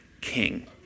king